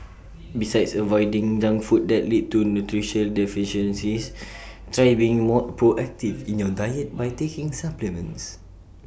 besides avoiding junk food that lead to nutritional deficiencies try being more proactive in your diet by taking supplements